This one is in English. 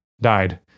died